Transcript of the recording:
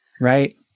Right